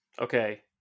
Okay